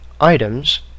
items